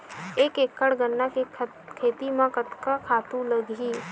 एक एकड़ गन्ना के खेती म कतका खातु लगही?